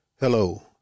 Hello